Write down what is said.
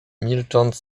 milcząc